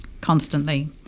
constantly